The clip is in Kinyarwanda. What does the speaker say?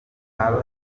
haba